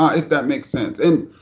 ah if that makes sense. and,